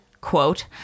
quote